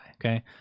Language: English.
okay